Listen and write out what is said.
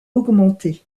augmentée